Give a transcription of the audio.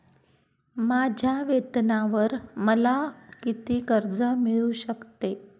माझ्या वेतनावर मला किती कर्ज मिळू शकते?